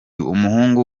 umuhungu